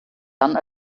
dann